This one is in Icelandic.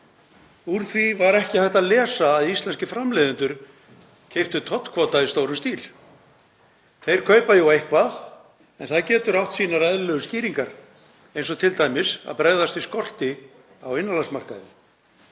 Úr því var ekki hægt að lesa að íslenskir framleiðendur keyptu tollkvóta í stórum stíl. Þeir kaupa jú eitthvað en það getur átt sínar eðlilegu skýringar, eins og t.d. að bregðast við skorti á innanlandsmarkaði.